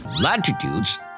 Latitudes